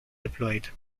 deployed